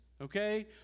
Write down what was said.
okay